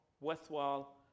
worthwhile